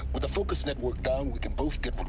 with the focus network gone, we can both get what